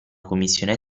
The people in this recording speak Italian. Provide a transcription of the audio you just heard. commissione